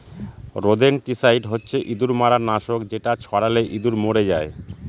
rodenticide হচ্ছে ইঁদুর মারার নাশক যেটা ছড়ালে ইঁদুর মরে যায়